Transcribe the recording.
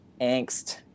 angst